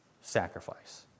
sacrifice